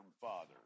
Father